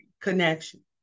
connection